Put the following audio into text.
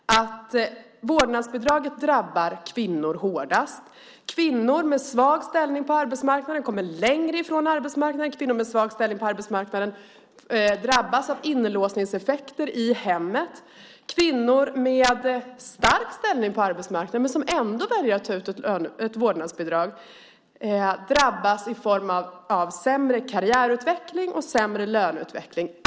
Vårdnadsbidraget drabbar kvinnor hårdast. Kvinnor med svag ställning på arbetsmarknaden kommer längre ifrån arbetsmarknaden. Kvinnor med svag ställning på arbetsmarknaden drabbas av inlåsningseffekter i hemmet. Kvinnor med stark ställning på arbetsmarknaden men som ändå väljer att ta ut ett vårdnadsbidrag drabbas i form av sämre karriärutveckling och löneutveckling.